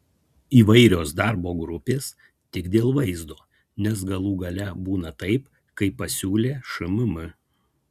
įvairios darbo grupės tik dėl vaizdo nes galų gale būna taip kaip pasiūlė šmm